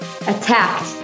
attacked